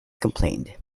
complained